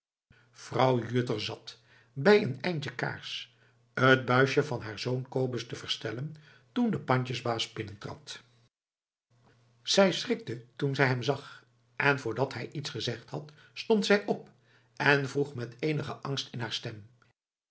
vrouw juttner zat bij een eindje kaars het buisje van haar zoon kobus te verstellen toen de pandjesbaas binnentrad zij schrikte toen zij hem zag en voordat hij iets gezegd had stond zij op en vroeg met eenigen angst in haar stem